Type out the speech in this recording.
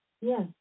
Yes